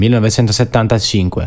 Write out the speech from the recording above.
1975